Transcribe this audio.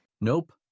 Nope